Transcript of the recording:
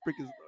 freaking